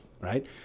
right